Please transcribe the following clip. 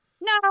No